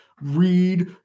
read